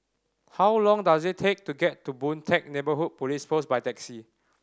how long does it take to get to Boon Teck Neighbourhood Police Post by taxi